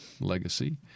legacy